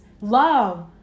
Love